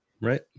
Right